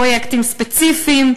פרויקטים ספציפיים.